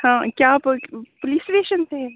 ہاں کیا آپ پولس اسٹیشن سے